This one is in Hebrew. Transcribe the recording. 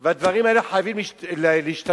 והדברים האלה חייבים להשתנות.